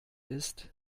ist